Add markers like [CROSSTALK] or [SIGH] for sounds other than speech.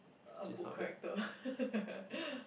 a book character [LAUGHS]